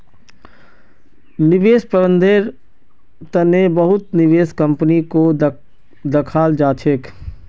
निवेश प्रबन्धनेर तने बहुत निवेश कम्पनीको दखाल जा छेक